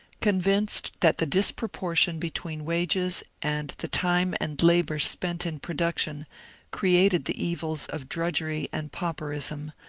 convinced that the disproportion between wages and the time and labour spent in production created the evils of drudgery and pauper ism,